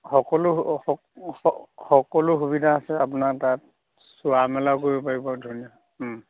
সকলো সক সক সকলো সুবিধা আছে আপোনাৰ তাত চোৱা মেলাও কৰিব পাৰিব ধুনীয়া